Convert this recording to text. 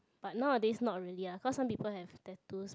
but nowadays not really ah cause some people have tattoos but